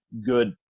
good